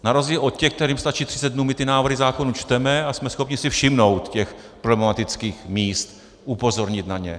Na rozdíl od těch, kterým stačí 30 dnů, my ty zákony čteme a jsme schopni si všimnout problematických míst, upozornit na ně.